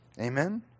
Amen